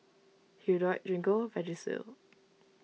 Hirudoid Gingko Vagisil